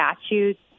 statutes